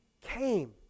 came